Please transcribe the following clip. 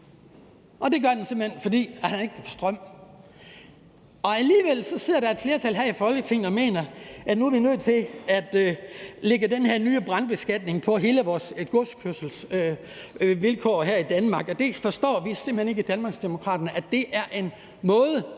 og det gør den, simpelt hen fordi han ikke kan få strøm. Alligevel sidder der et flertal her i Folketinget og mener, at nu er vi nødt til at lægge den her nye brandbeskatning på hele godskørslen i Danmark, og det kan vi simpelt hen ikke i Danmarksdemokraterne forstå er en